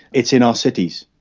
it's in our cities,